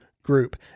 Group